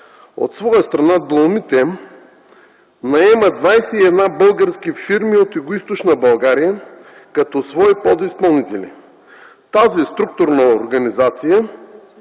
От своя страна „Доломит М” наема 21 български фирми от Югоизточна България като свои подизпълнители. Тази структурна организация